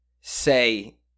say